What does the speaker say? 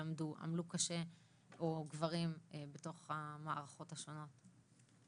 שלמדו ועמלו קשה בתוך המערכות השונות.